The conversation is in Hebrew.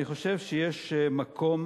אני חושב שיש מקום